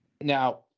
now